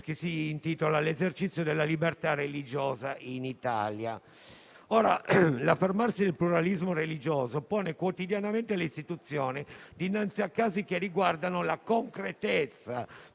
dal titolo «L'esercizio della libertà religiosa in Italia». L'affermarsi del pluralismo religioso pone quotidianamente le Istituzioni dinanzi a casi che riguardano la concretezza